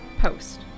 post